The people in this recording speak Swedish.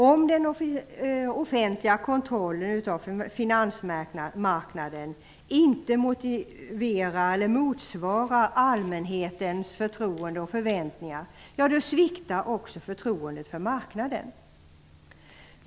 Om den offentliga kontrollen av finansmarknaden inte motsvarar allmänhetens förtroende och förväntningar, sviktar också förtroendet för marknaden.